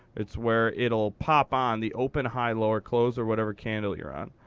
it's where it'll pop on the open, high, low or close, or whatever candle you're on.